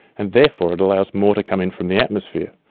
and therefore it allows more to come in from the atmosphere.